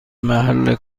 محل